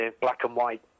black-and-white